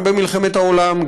גם במלחמת העולם,